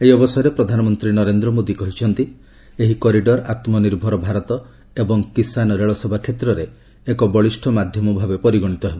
ଏହି ଅବସରରେ ପ୍ରଧାନମନ୍ତ୍ରୀ ନରେନ୍ଦ୍ର ମୋଦି କହିଛନ୍ତି ଏହି କରିଡର ଆମ୍ନିର୍ଭର ଭାରତ ଏବଂ କିଷାନ ରେଳ ସେବା କ୍ଷେତ୍ରରେ ଏକ ବଳିଷ୍ଠ ମାଧ୍ୟମ ଭାବେ ପରିଗଣିତ ହେବ